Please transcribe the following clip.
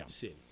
City